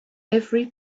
every